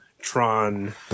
Tron